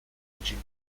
engine